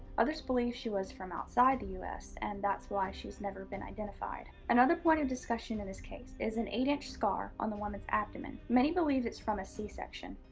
others believe she was from outside the u s, and that's why she's never been identified. another point of discussion in this case is an eight inch scar on the woman's abdomen. many believe it's from a c section,